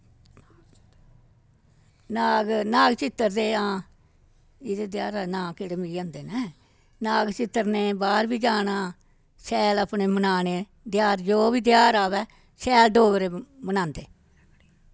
नाग नाग चित्तरदे हां एह्दे तेहारा दे नांऽ केह्ड़े मिगी आंदे न नाग चित्तरने बाह्र बी जाना शैल अपने मनान्ने तेहार जो बी तेहार आ'वै शैल डोगरे मनांदे